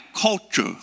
culture